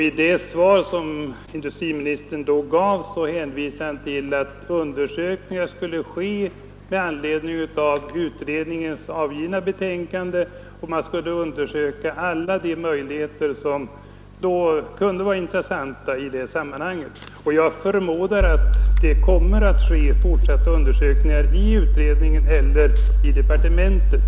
I det svar industriministern då gav hänvisade han till att undersökningar skulle ske Oljeoch år ivå söka alla de möjligheter som kunde vara intressanta i sammanhanget. Jag i Norrland och i förmodar därför att det kommer att ske fortsatta undersökningar i Kopparbergs län, m.m. utredningen och i departementet.